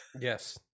yes